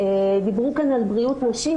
דיברו כאן על בריאות נשים,